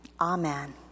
Amen